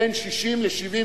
בין 60,000,